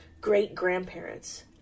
great-grandparents